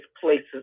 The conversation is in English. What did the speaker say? places